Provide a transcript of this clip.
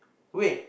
wait